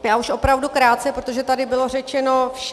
Já už opravdu krátce, protože tady bylo řečeno vše.